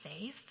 safe